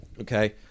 Okay